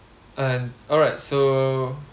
and alright so